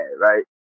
right